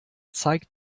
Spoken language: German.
zeigt